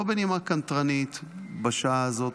לא בנימה קנטרנית בשעה הזאת,